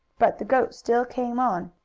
but the goat still came on.